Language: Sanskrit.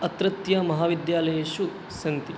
अत्रत्यमहाविद्यालयेषु सन्ति